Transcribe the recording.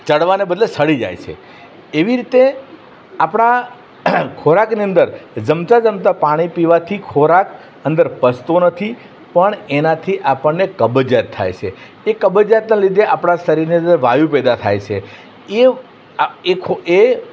ચડવાના બદલે સડી જાયે છે એવી રીતે આપણા ખોરાકની અંદર જમતા જમતા પાણી પીવાથી ખોરાક અંદર પચતો નથી પણ એનાથી આપણને કબજિયાત થાય છે એ કબજિયાતના લીધે આપડા શરીરના અંદર વાયુ પેદા થાય છે એ એ